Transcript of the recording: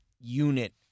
unit